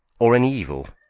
or any evil.